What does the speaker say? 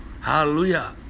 Hallelujah